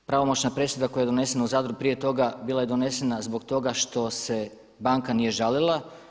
Pravomoćna presuda koja je donesena u Zadru prije toga bila je donesena zbog toga što se banka nije žalila.